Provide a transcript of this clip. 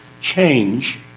change